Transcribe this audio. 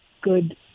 good